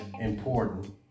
important